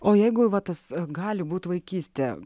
o jeigu va tas gali būti vaikystė